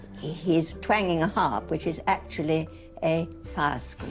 he's twanging a harp, which is actually a fire screen.